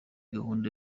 gahunda